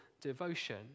devotion